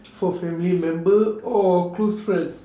for family member or close friend